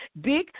big